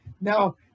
now